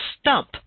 stump